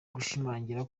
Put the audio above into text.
gushimangira